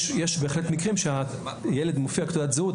יש בהחלט מקרים שהילד מופיע כתעודת זהות,